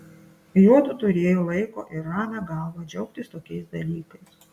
juodu turėjo laiko ir ramią galvą džiaugtis tokiais dalykais